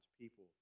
people